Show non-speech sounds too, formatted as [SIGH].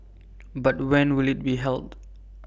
[NOISE] but when will IT be held